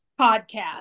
podcast